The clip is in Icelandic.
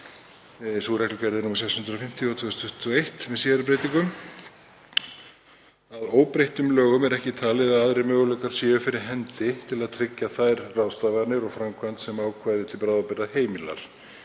millilandaflugi, nr. 650/2021, með síðari breytingum. Að óbreyttum lögum er ekki talið að aðrir möguleikar séu fyrir hendi til að tryggja þær ráðstafanir og framkvæmd sem ákvæði til bráðabirgða heimilar.